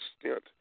extent